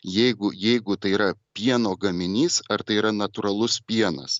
jeigu jeigu tai yra pieno gaminys ar tai yra natūralus pienas